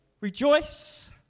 rejoice